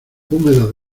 húmedas